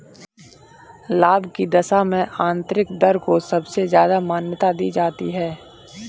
लाभ की दशा में आन्तरिक दर को सबसे ज्यादा मान्यता दी जाती है